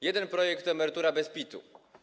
Jeden projekt to emerytura bez PIT-u.